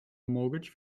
mortgage